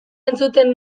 entzuten